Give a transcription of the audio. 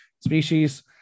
species